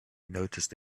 noticed